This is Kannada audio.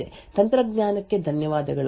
ತಂತ್ರಜ್ಞಾನಕ್ಕೆ ಧನ್ಯವಾದಗಳು